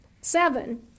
seven